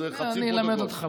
אני אלמד אותך.